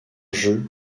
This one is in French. jeu